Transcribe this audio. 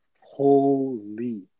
Holy